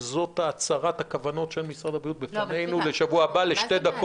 וזאת הצהרת הכוונות של משרד הבריאות לשבוע הבא.